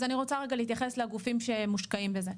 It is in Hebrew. אז אני רוצה להתייחס לגופים שמושקעים בזה.